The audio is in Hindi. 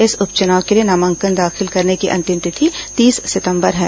इस उप चुनाव के लिए नामांकन दाखिल करने की अंतिम तिथि तीस सितंबर है